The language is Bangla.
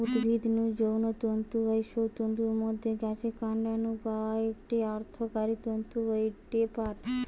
উদ্ভিদ নু যৌ তন্তু হয় সৌ তন্তুর মধ্যে গাছের কান্ড নু পাওয়া একটি অর্থকরী তন্তু হয়ঠে পাট